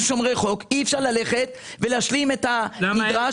שומרי חוק אי-אפשר להשלים את הנדרש.